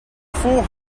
four